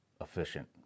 efficient